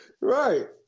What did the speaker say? Right